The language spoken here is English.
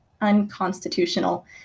unconstitutional